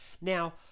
Now